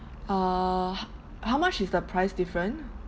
err how much is the price different